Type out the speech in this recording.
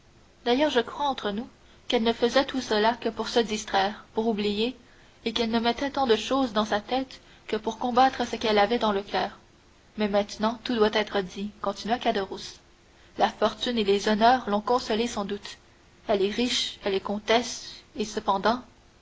d'ailleurs je crois entre nous qu'elle ne faisait tout cela que pour se distraire pour oublier et qu'elle ne mettait tant de choses dans sa tête que pour combattre ce qu'elle avait dans le coeur mais maintenant tout doit être dit continua caderousse la fortune et les honneurs l'ont consolée sans doute elle est riche elle est comtesse et cependant